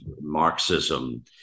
Marxism